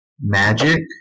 magic